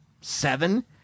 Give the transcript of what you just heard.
seven